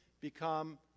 become